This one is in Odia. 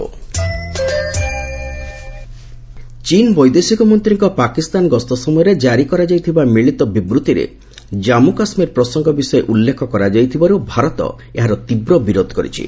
ଏମ୍ଇଏ ପାକ୍ ଚାଇନା ଚୀନ୍ ବୈଦେଶିକ ମନ୍ତ୍ରୀଙ୍କ ପାକିସ୍ତାନ ଗସ୍ତ ସମୟରେ କାରି କରାଯାଇଥିବା ମିଳିତ ବିବୃତ୍ତିରେ ଜାନ୍ମୁ କାଶ୍ମୀର ପ୍ରସଙ୍ଗ ବିଷୟ ଉଲ୍ଲେଖ କରାଯାଇଥିବାରୁ ଭାରତ ଏହାର ତୀବ୍ର ବିରୋଧ ପ୍ରତ୍ୟାଖ୍ୟାନ କରିଛି